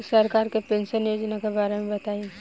सरकार के पेंशन योजना के बारे में बताईं?